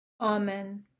Amen